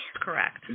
Correct